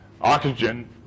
oxygen